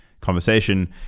conversation